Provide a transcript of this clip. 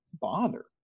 bother